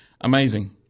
Amazing